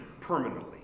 permanently